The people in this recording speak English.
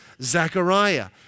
Zechariah